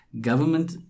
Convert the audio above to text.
Government